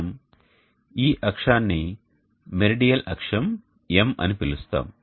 మనం ఈ అక్షాన్ని మెరిడియల్ అక్షం M అని పిలుస్తాము